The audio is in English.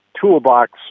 toolbox